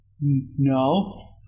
No